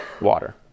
water